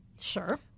Sure